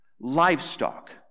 livestock